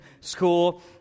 school